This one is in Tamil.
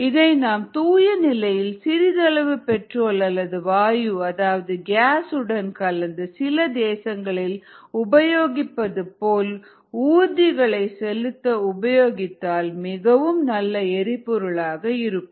இதை நாம் தூய நிலையில் சிறிதளவு பெட்ரோல் அல்லது வாயு அதாவது கேஸ் உடன் கலந்து சில தேசங்களில் உபயோகிப்பது போல் ஊர்திகளை செலுத்த உபயோகித்தால் மிகவும் நல்ல எரிபொருளாக இருக்கும்